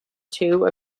two